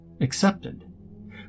Accepted